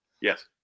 Yes